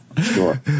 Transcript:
Sure